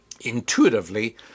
intuitively